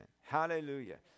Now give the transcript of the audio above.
Hallelujah